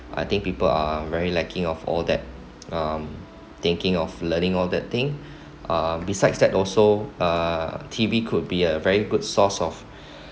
I think people are very lacking of all that um thinking of learning all that thing uh besides that also uh T_V could be a very good source of